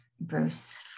Bruce